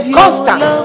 constant